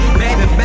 baby